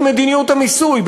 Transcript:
באמצעות מדיניות המיסוי,